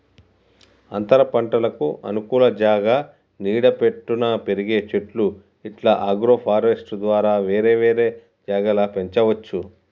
అంతరపంటలకు అనుకూల జాగా నీడ పట్టున పెరిగే చెట్లు ఇట్లా అగ్రోఫారెస్ట్య్ ద్వారా వేరే వేరే జాగల పెంచవచ్చు